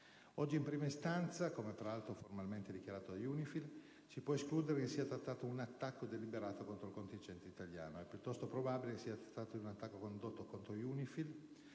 Oggi in prima istanza, come peraltro formalmente dichiarato dal portavoce di UNIFIL, si può escludere che si sia trattato di un attacco deliberato contro il contingente italiano. E' piuttosto probabile che si sia trattato di un attacco condotto contro UNIFIL